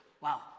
Wow